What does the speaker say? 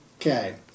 Okay